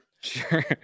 sure